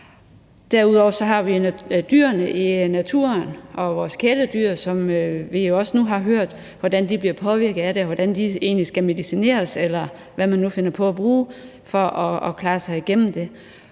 Derudover har vi dyrene i naturen og vores kæledyr, som vi nu også har hørt bliver påvirket af det, så de skal medicineres eller indtage, hvad man nu finder på at bruge, for at de skal klare sig igennem det.